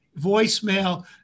voicemail